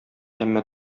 әмма